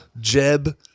Jeb